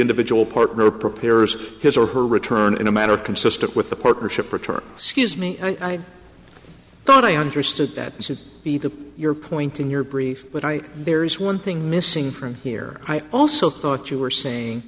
individual partner prepares his or her return in a manner consistent with the partnership return scuse me and i i thought i understood that to be the your point in your brief but i there's one thing missing from here i also thought you were saying